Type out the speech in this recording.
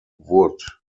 wood